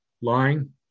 lying